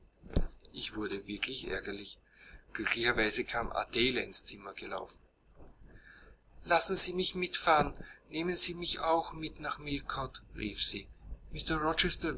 ich wurde wirklich ärgerlich glücklicherweise kam adele ins zimmer gelaufen lassen sie mich mitfahren nehmen sie mich auch mit nach millcote rief sie